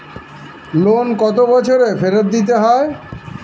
Loan কত বছরে ফেরত দিতে হয়?